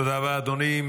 תודה רבה, אדוני.